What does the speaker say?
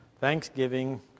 thanksgiving